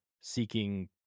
seeking